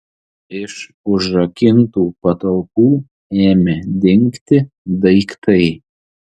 iš užrakintų patalpų ėmė dingti daiktai